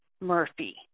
Murphy